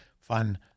fun